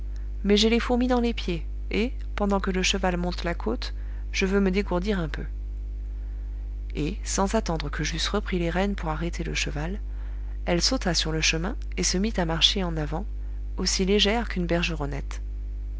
mais j'ai les fourmis dans les pieds et pendant que le cheval monte la côte je veux me dégourdir un peu et sans attendre que j'eusse repris les rênes pour arrêter le cheval elle sauta sur le chemin et se mit à marcher en avant aussi légère qu'une